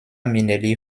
minnelli